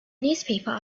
newspaper